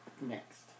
Next